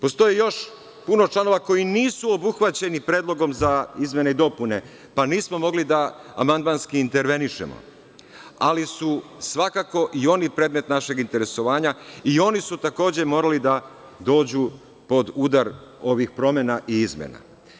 Postoji još puno članova koji nisu obuhvaćeni predlogom za izmene i dopune, pa nismo mogli da amandmanski intervenišemo, ali su svakako i oni predmet našeg interesovanja i oni su takođe morali da dođu pod udar ovih promena i izmena.